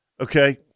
okay